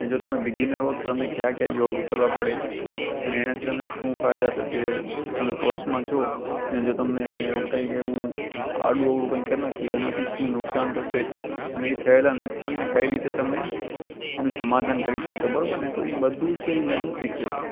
જો તમે બિગિનર હો તો તમે કયા કયા યોગ કરવા પડે અને એનાથી તમને શું ફાયદા થશે તમે ફર્સ્ટમાં છો અને જો તમને કંઈક એવું આડું અવળું કંઇ કરી નાંખ્યું એનાથી શું નુકસાન થશે અને એ થયેલા નુકસાનને કઈ રીતે તમે એનું સમાધાન કરી શકો બરાબર ને તો એ બધુ છે એ મૅડમ શીખવે છે